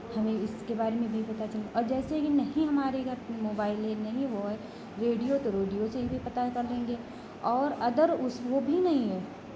हमें इसके बारे में भी पता चल और जैसे कि नहीं हमारे घर पे मोबाइल है नहीं वो है रेडियो तो रेडियो से भी पता कर लेंगे और अदर उस वो भी नहीं है